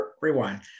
rewind